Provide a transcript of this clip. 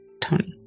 Tony